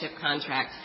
contract